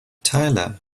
tyler